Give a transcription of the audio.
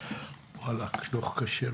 דו"ח קשה,